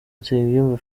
nsengiyumva